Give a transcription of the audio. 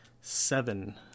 seven